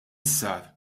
sar